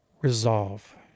resolve